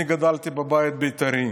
אני גדלתי בבית בית"רי,